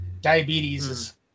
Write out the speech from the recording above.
Diabetes